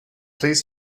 please